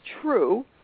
true